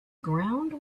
ground